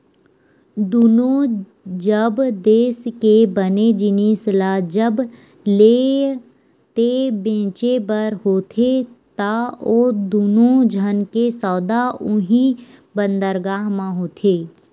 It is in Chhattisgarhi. दुनों जब देस के बने जिनिस ल जब लेय ते बेचें बर होथे ता ओ दुनों झन के सौदा उहीं बंदरगाह म होथे